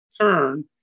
turn